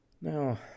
Now